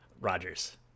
Rogers